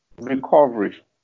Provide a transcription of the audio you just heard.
recovery